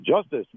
justice